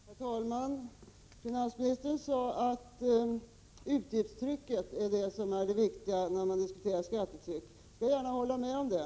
Herr talman! Finansministern sade att det är utgiftstrycket som är det viktiga när man diskuterar skattetryck. Jag skall gärna hålla med honom om det.